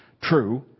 true